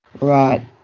Right